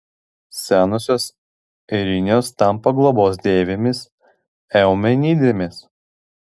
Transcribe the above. senosios erinijos tampa globos deivėmis eumenidėmis